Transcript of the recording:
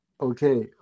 Okay